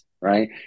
right